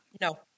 No